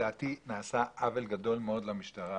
לדעתי נעשה עוול גדול מאוד למשטרה